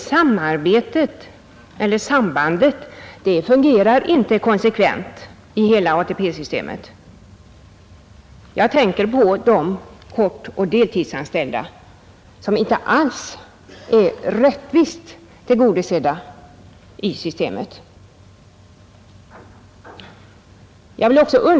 När bara en liten grupp har möjlighet att få denna samhälleliga service, vore det väl rimligt att de andra på något sätt kompenserades och att detta skedde på det sätt som vi har föreslagit.